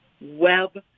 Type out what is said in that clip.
web